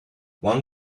one